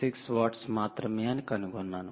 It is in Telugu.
66 వాట్స్ మాత్రమే అని కనుగొన్నాను